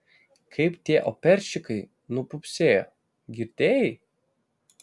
kaip tie operščikai nupopsėjo girdėjai